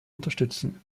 unterstützen